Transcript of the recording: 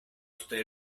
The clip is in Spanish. historia